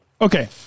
Okay